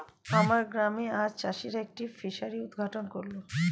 আমার গ্রামে আজ চাষিরা একটি ফিসারি উদ্ঘাটন করল